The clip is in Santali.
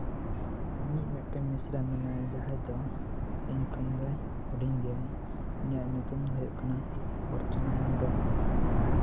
ᱤᱧᱤᱡ ᱢᱤᱫᱴᱟᱝ ᱢᱤᱥᱨᱟ ᱢᱮᱱᱟᱭᱟ ᱡᱟᱦᱟᱸ ᱨᱮᱫᱚ ᱤᱧ ᱠᱷᱚᱱ ᱫᱚᱭ ᱦᱩᱰᱤᱧ ᱜᱮᱭᱟ ᱩᱱᱤᱭᱟᱜ ᱧᱩᱛᱩᱢ ᱫᱚ ᱦᱩᱭᱩᱜ ᱠᱟᱱᱟ ᱚᱨᱪᱚᱱᱟ ᱦᱮᱢᱵᱨᱚᱢ